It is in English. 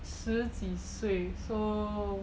十几岁 so